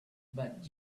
but